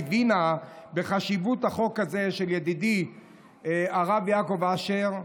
הבינה את חשיבות החוק הזה של ידידי הרב יעקב אשר,